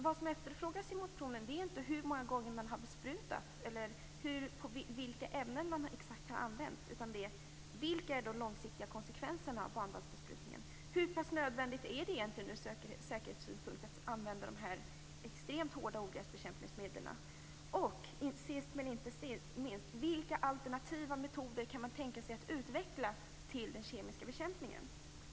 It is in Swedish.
Vad vi efterfrågar i motionen är inte hur många gånger man har besprutat eller exakt vilka ämnen som har använts, utan vilka de långsiktiga konsekvenserna av banvallsbesprutningen är, hur pass nödvändigt det egentligen är ur säkerhetssynpunkt att använda de här extremt hårda ogräsbekämpningsmedlen och, sist men inte minst, vilka alternativa metoder till den kemiska bekämpningen som man kan tänka sig att utveckla.